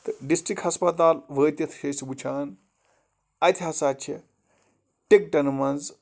تہٕ ڈِسٹِرٛک ہَسپَتال وٲتِتھ چھِ أسۍ وٕچھان اَتہِ ہسا چھِ ٹِکٹَن منٛز